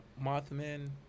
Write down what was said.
Mothman